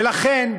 ולכן,